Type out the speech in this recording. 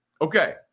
Okay